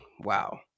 Wow